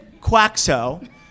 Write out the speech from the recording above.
Quaxo